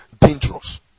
dangerous